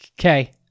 Okay